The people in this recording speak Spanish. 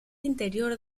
interior